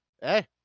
Hey